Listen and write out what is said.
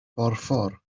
borffor